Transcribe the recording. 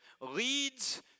leads